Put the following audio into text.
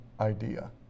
idea